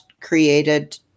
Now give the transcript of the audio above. created